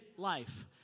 life